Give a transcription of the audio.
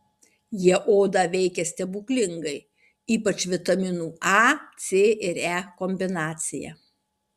jie odą veikia stebuklingai ypač vitaminų a c ir e kombinacija